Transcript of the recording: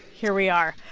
here we are.